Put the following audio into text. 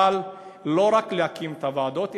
אבל לא רק להקים את הוועדות,